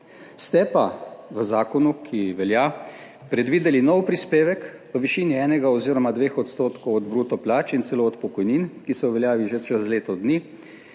Ste pa v zakonu, ki velja, predvideli nov prispevek v višini enega oziroma dveh odstotkov od bruto plače in celo od pokojnin, ki so v veljavi že čez leto dni,